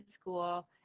school